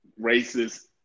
racist